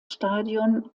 stadion